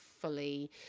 fully